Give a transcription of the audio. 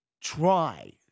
try